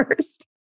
first